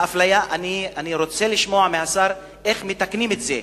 אני רוצה לשמוע מהשר איך מתקנים את זה,